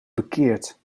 bekeert